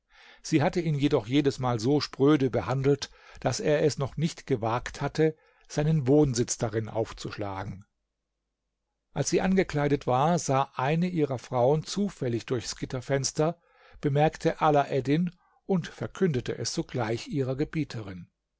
sie hatte ihn jedoch jedesmal so spröde behandelt daß er es noch nicht gewagt hatte seinen wohnsitz darin aufzuschlagen als sie angekleidet war sah eine ihrer frauen zufällig durchs gitterfenster bemerkte alaeddin und verkündete es sogleich ihrer gebieterin